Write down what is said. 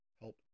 help